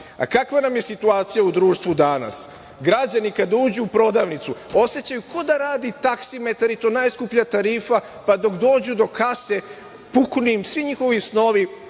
nam je situacija u društvu danas? Građani kada uđu u prodavnicu osećaju kao da radi taksimetar, i to najskuplja tarifa, pa dok dođu do kase, puknu im svi njihovi snovi